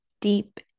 deep